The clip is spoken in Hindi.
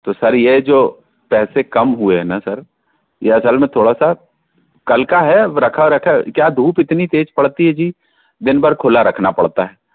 तो सर यह जो पैसे कम हुए ना सर यह असल में थोड़ा सा कल का है रखा रखा क्या धूप इतनी तेज पड़ती है जी दिनभर खुला रखना पड़ता है